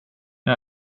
jag